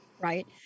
right